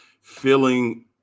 feeling